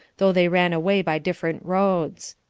though they ran away by different roads.